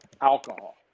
alcohol